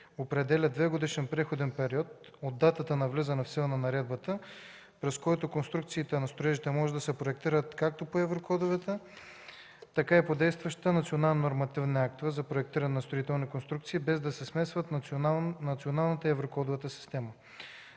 определя двегодишен преходен период от датата на влизане в сила на наредбата, през който конструкциите на строежите могат да се проектират както по еврокодовете, така и по действащите национални нормативни актове за проектиране на строителни конструкции, без да се смесват националната и еврокодовата система.